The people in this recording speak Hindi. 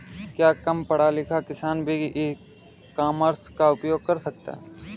क्या कम पढ़ा लिखा किसान भी ई कॉमर्स का उपयोग कर सकता है?